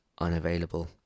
unavailable